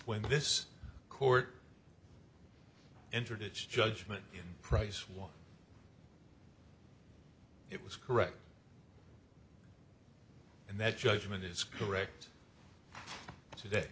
when this court entered its judgment in price one it was correct and that judgment is correct today